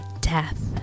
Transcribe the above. death